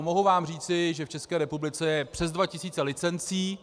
Mohu vám říci, že v České republice je přes dva tisíce licencí.